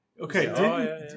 Okay